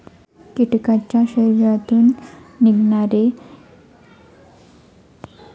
कीटकांच्या शरीरातून निश्चितपणे निघणारे एन्झाईम कोमट पाण्यात धुऊन काढून टाकले जाते